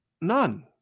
None